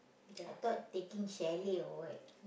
I thought taking chalet or what